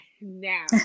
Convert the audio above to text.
now